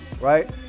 right